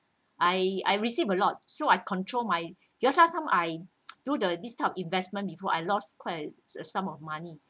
I I received a lot so I control my because last time I've do the this type of investment before I lost quite a some of money